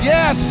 Yes